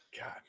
God